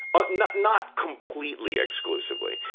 ah not not completely exclusively,